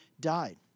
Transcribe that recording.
died